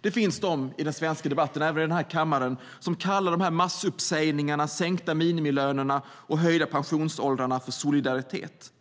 Det finns de i den svenska debatten, även här i kammaren, som kallar massuppsägningar, sänkta minimilöner och höjda pensionsåldrar för solidaritet.